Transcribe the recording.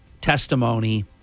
testimony